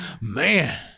Man